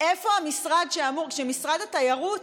משרד התיירות,